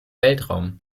weltraum